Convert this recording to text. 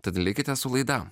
tad likite su laida